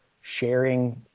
sharing